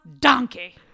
donkey